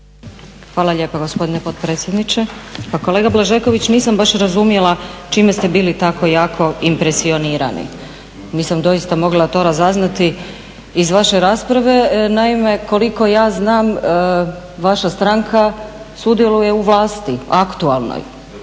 Hvala lijepa gospodine potpredsjedniče. Pa kolega Blažeković, nisam baš razumjela čime ste bili tako jako impresionirani. Nisam doista mogla to razaznati iz vaše rasprave. Naime, koliko ja znam vaša stranka sudjeluje u vlasti aktualnoj.